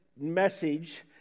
message